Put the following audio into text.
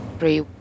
Three